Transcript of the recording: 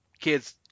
kids